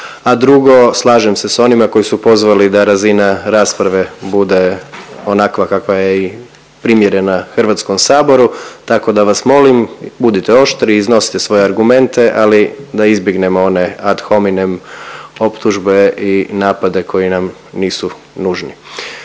A drugo, slažem se s onima koji su pozvali da razina rasprave bude onakva kakva je i primjerena HS-u tako da vas molim budite oštri, iznosite svoje argumente, ali da izbjegnemo one ad hominem optužbe i napade koji nam nisu nužni.